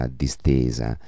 distesa